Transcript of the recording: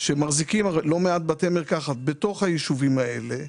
שמחזיקים לא מעט בתי מרקחת בתוך הישובים שלהם,